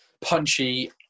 punchy